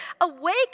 Awake